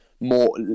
more